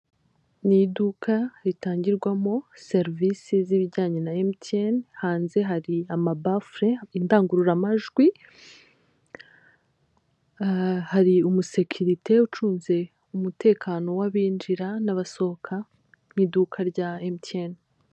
Ni iduka ritangirwamo serivise z'ibijyanye na Mtn hanze hari amabafure, indangururamajwi hari umusekirite ucunze umutekano w'abinjira n'abasohoka mu iduka rya Mtn.